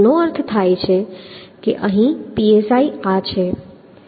તો તેનો અર્થ એ કે અહીં psi આ છે